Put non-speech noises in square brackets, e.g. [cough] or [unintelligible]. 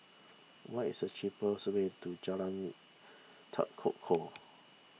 what is the cheapest way to Jalan [unintelligible] Tekukor